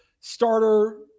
starter